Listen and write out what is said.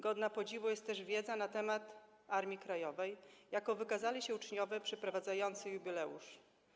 Godna podziwu jest też wiedza na temat Armii Krajowej, jaką wykazali się uczniowie przeprowadzający jubileusz.